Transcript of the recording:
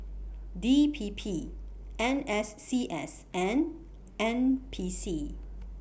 D P P N S C S and N P C